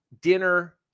dinner